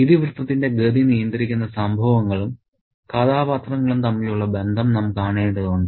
ഇതിവൃത്തത്തിന്റെ ഗതി നിയന്ത്രിക്കുന്ന സംഭവങ്ങളും കഥാപാത്രങ്ങളും തമ്മിലുള്ള ബന്ധം നാം കാണേണ്ടതുണ്ട്